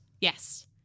Yes